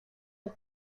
los